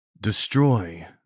Destroy